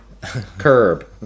curb